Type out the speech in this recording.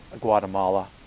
Guatemala